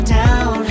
down